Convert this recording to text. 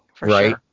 Right